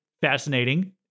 fascinating